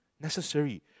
necessary